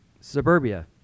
Suburbia